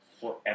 forever